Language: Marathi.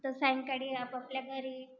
तर सायंकाळी आपापल्या घरी